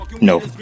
No